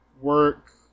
work